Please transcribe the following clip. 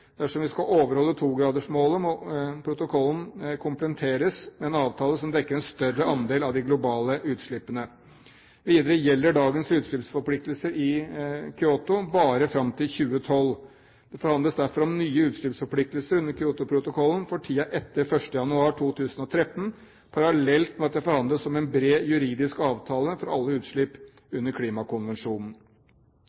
Dersom vi skal overholde togradersmålet, må protokollen komplementeres med en avtale som dekker en større andel av de globale utslippene. Videre gjelder dagens utslippsforpliktelser i Kyoto bare fram til 2012. Det forhandles derfor om nye utslippsforpliktelser under Kyotoprotokollen for tiden etter 1. januar 2013, parallelt med at det forhandles om en bred juridisk avtale for alle utslipp